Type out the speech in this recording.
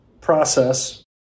process